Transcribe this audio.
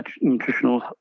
nutritional